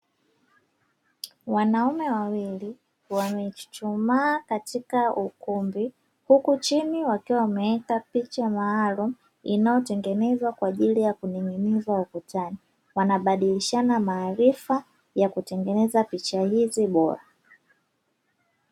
Wanaume wawili wamechuchumaa katika ukumbi, huku chini wakiwa wameweka picha maalumu inayotengenezwa kwa ajili ya kuning'inizwa ukutani. Wanabadilishana maarifa ya kutengeneza picha hizi bora.